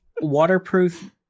waterproof